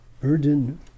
burden